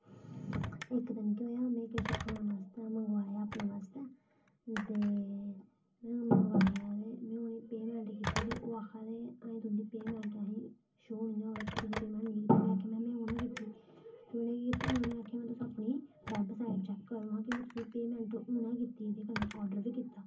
इक दिन केह् होएआ में किश खाने बास्तै मंगवाया अपने बास्तै ते में मंगवाया ते में उ'नेंगी पेमेंट कीती ते ओह् आक्खा दे हे अहीं तुं'दी पेमेंट अहेंगी शो निं होई कि तुहें पेमेंट नेईं कीती में आखेआ में हूनै कीती ते उनें केह् कीता में उ'नेंगी आखेआ तुस वेबसाइट चेक करो हा कि में तुसेंगी पेमेंट हून गै कीती ते कन्नै आर्डर बी कीता